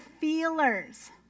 feelers